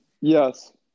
Yes